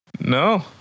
No